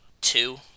two